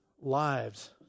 lives